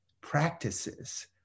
practices